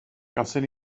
gawson